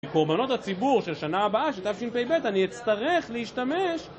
מקורבנות הציבור של שנה הבאה של תשפ״ב אני אצטרך להשתמש